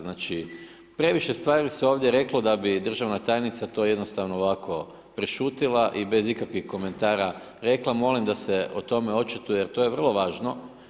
Znači, previše stvari se ovdje reklo da bi državna tajnica to jednostavno ovako prešutjela i bez ikakvih komentara rekla, molim se o tome očituje jer to je vrlo važno.